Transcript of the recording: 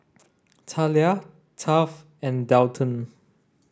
Thalia Taft and Dalton